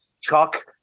Chuck